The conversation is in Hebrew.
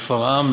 שפרעם,